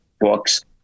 books